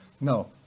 No